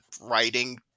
writing